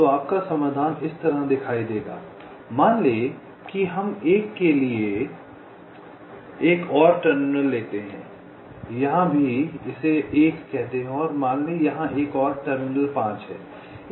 तो आपका समाधान इस तरह दिखाई देगा मान लें कि हम 1 के लिए एक और टर्मिनल लेते हैं यहाँ भी इसे 1 कहते हैं और मान लें यहाँ एक और टर्मिनल 5 हैं